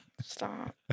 Stop